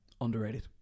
underrated